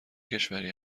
کشوری